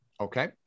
Okay